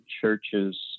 churches